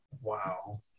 wow